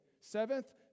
seventh